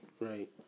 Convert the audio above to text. Right